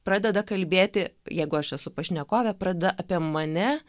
pradeda kalbėti jeigu aš esu pašnekovė pradeda apie mane